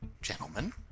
Gentlemen